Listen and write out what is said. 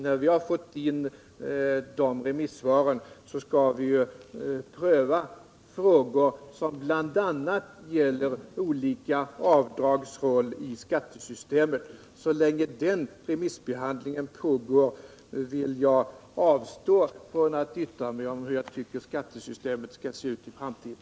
När vi fått in remissvaren skall vi pröva frågor som bl.a. gäller olika avdrags roll i skattesystemet. Så länge remissbehandlingen pågår avstår jag från att yttra mig om hur jag tycker skattesystemet på den här punkten skall se ut i framtiden.